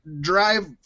drive